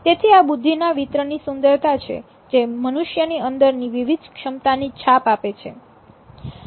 તેથી આ બુદ્ધિના વિતરણની સુંદરતા છે જે મનુષ્યની અંદરની વિવિધ ક્ષમતાની છાપ આપે છે